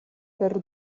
per